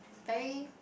very